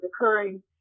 occurring